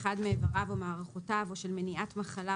אחד מאיבריו או מערכותיו או של מניעת מחלה,